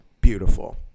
beautiful